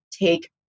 take